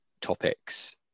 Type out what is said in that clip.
topics